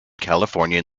californian